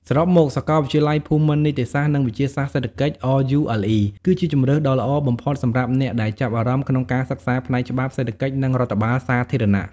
សរុបមក សាកលវិទ្យាល័យភូមិន្ទនីតិសាស្ត្រ និងវិទ្យាសាស្ត្រសេដ្ឋកិច្ច RULE គឺជាជម្រើសដ៏ល្អបំផុតសម្រាប់អ្នកដែលចាប់អារម្មណ៍ក្នុងការសិក្សាផ្នែកច្បាប់ សេដ្ឋកិច្ច និងរដ្ឋបាលសាធារណៈ។